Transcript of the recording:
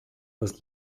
was